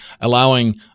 Allowing